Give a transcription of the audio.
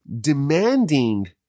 demanding